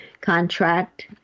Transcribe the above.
contract